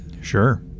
sure